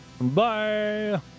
Bye